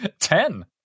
Ten